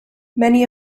many